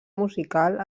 musical